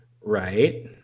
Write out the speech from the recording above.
right